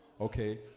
Okay